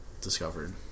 discovered